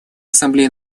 ассамблея